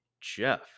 Jeff